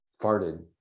farted